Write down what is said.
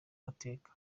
mateka